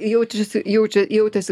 jaučiasi jaučia jautėsi